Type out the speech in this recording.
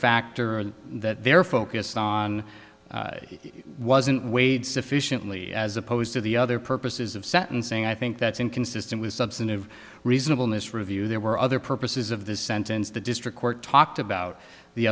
factor that they're focused on wasn't weighed sufficiently as opposed to the other purposes of sentencing i think that's inconsistent with substantive reasonable in this review there were other purposes of the sentence the district court talked about the